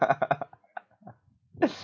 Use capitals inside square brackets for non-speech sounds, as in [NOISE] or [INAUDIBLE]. [LAUGHS]